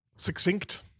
Succinct